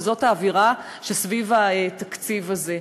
וזאת האווירה שסביב התקציב הזה.